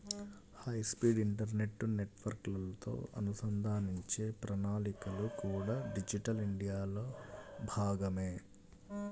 high speed internet నెట్వర్క్లతో అనుసంధానించే ప్రణాళికలు కూడా డిజిటల్ ఇండియాలో భాగమే